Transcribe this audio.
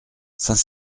saint